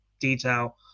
detail